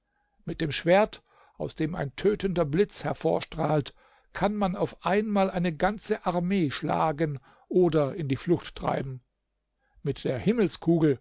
mit dem schwert aus dem ein tötender blitz hervorstrahlt kann man auf einmal eine ganze armee schlagen oder in die flucht treiben mit der